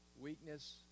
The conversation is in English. weakness